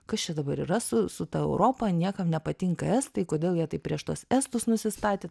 kas čia dabar yra su su ta europa niekam nepatinka estai kodėl jie taip prieš tuos estus nusistatę